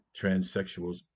transsexuals